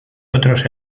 otros